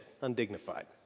undignified